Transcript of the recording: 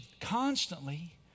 constantly